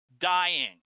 dying